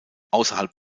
außerhalb